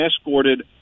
escorted